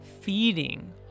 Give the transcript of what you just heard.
feeding